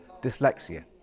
dyslexia